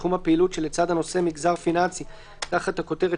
בתחום הפעילות שלצד הנושא מגזר פיננסי תחת הכותרת